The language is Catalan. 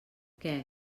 què